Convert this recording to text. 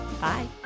Bye